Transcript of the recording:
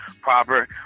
proper